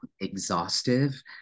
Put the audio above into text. exhaustive